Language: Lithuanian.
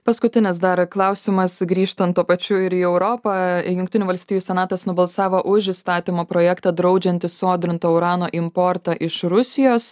paskutinis dar klausimas grįžtant tuo pačiu ir į europą jungtinių valstijų senatas nubalsavo už įstatymo projektą draudžiantį sodrinto urano importą iš rusijos